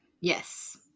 Yes